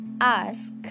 ask